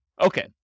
Okay